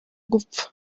gupfa